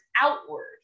outward